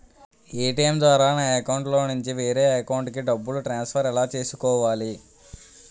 ATM ద్వారా నా అకౌంట్లోనుంచి వేరే అకౌంట్ కి డబ్బులు ట్రాన్సఫర్ ఎలా చేసుకోవాలి?